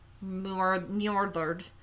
murdered